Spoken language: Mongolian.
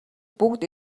бүгд